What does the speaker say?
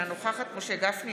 אינה נוכחת משה גפני,